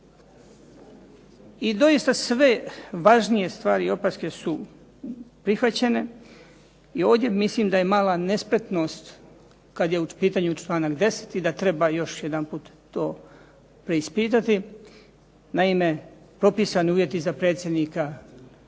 I doista sve važnije stvari i opaske su prihvaćene i ovdje mislim da je mala nespretnost kad je u pitanju članak 10. i da treba još jedanput to preispitati. Naime, propisani uvjeti za predsjednika komisije,